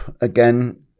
again